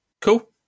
Cool